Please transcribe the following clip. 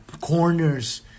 corners